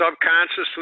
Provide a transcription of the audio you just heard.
subconsciously